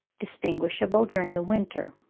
distinguishable during the winter.